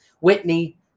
Whitney